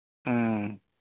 ꯎꯝ